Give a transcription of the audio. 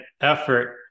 effort